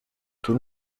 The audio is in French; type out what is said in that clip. tout